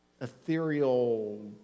ethereal